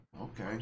Okay